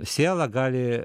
siela gali